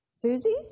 Susie